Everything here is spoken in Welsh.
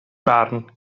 barn